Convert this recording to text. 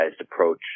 approach